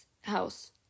house